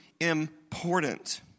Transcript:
important